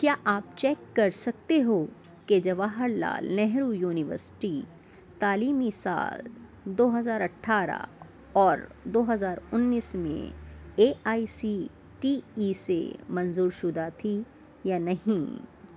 کیا آپ چیک کر سکتے ہو کہ جواہر لعل نہرو یونیورسٹی تعلیمی سال دو ہزار اٹھارہ اور دو ہزار انیس میں A I C T E سے منظور شدہ تھی یا نہیں